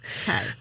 Okay